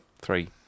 Three